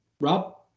Rob